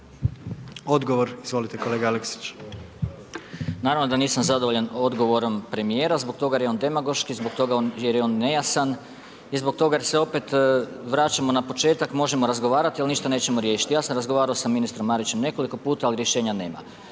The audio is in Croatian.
Odgovor, izvolite kolega Aleksić. **Aleksić, Goran (SNAGA)** Naravno da nisam zadovoljan odgovorom premijera zbog toga jer je on demagoški, zbog toga jer je on nejasan i zbog toga jer se opet vraćamo na početak, možemo razgovarati ali ništa nećemo riješiti. Ja sam razgovarao sa ministrom Marićem nekoliko puta, ali rješenja nema.